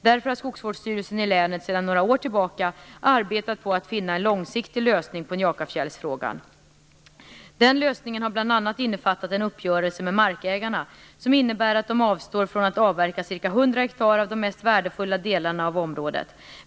Därför har Skogsvårdsstyrelsen i länet sedan några år tillbaka arbetat på att finna en långsiktig lösning på Njakafjällsfrågan. Den lösningen har bl.a. innefattat en uppgörelse med markägarna som innebär att de avstår från att avverka ca 100 ha av de mest värdefulla delarna av området.